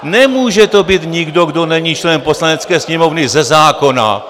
Nemůže to být nikdo, kdo není členem Poslanecké sněmovny, ze zákona.